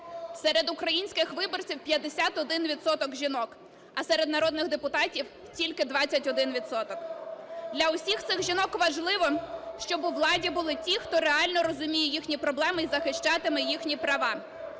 Серед українських виборців 51 відсоток жінок, а серед народних депутатів тільки 21 відсоток. Для всіх цих жінок важливо, щоб у владі були ті, хто реально розуміє їхні проблеми і захищатиме їхні права.